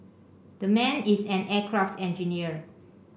the man is an aircraft engineer